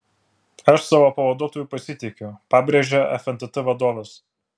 aš savo pavaduotoju pasitikiu pabrėžė fntt vadovas